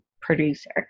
producer